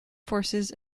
forces